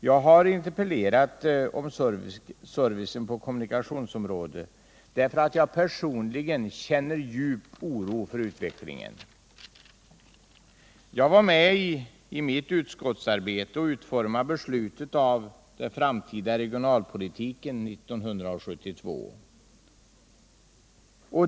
Jag har interpellerat om servicen på kommunikationsområdet därför att jag personligen känner djup oro för utvecklingen. Jag var i mitt utskott med om att utforma beslutet om den framtida regionalpolitiken 1972.